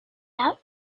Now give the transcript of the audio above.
out